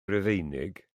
rufeinig